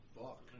Fuck